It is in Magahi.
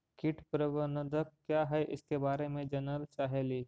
कीट प्रबनदक क्या है ईसके बारे मे जनल चाहेली?